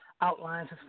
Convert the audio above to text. outlines